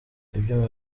ibyuma